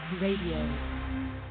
Radio